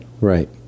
Right